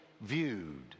viewed